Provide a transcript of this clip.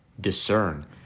discern